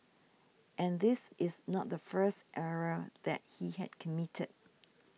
and this is not the first error that he had committed